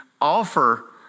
offer